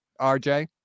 rj